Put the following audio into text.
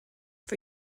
for